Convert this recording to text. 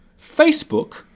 Facebook